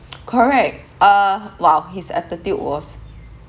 correct uh !wow! his attitude was